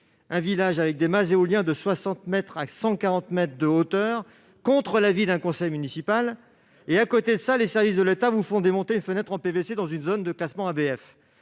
un village avec des mâts éoliens de 60 à 140 mètres de hauteur contre l'avis d'un conseil municipal ? À côté de cela, les services de l'État font démonter une fenêtre en PVC dans une zone classée ABF,